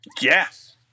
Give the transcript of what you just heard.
Yes